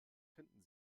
finden